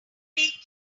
make